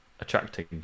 attracting